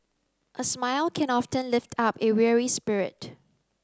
a smile can often lift up a weary spirit